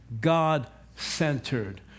God-centered